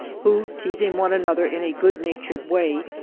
who, teasing one another in a good-natured way,